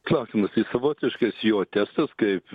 klausimas tai savotiškas jo testas kaip